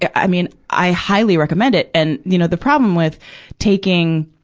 i mean, i highly recommend it. and you know, the problem with taking,